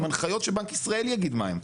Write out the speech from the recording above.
עם הנחיות שבנק ישראל יגיד מה הם,